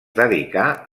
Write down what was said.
dedicà